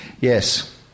Yes